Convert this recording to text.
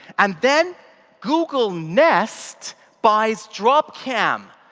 and then google nest buys drop cam,